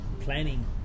planning